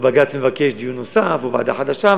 או שבג"ץ מבקש דיון נוסף או ועדה חדשה,